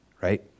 right